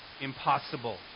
impossible